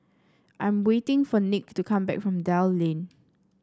I'm waiting for Nick to come back from Dell Lane